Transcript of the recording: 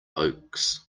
oaks